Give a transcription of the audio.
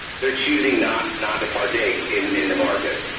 they're choosing not not to partake in in the market.